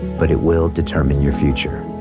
but it will determine your future.